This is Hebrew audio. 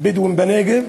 הבדואיים בנגב,